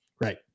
Right